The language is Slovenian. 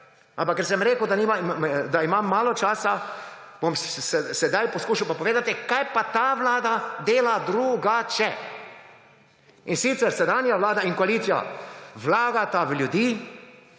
Ampak ker sem rekel, da imam malo časa, bom sedaj poskušal pa povedati, kaj pa ta vlada dela drugače. In sicer sedanja vlada in koalicija vlagata v ljudi,